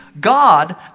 God